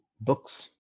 books